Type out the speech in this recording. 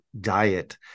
diet